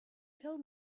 told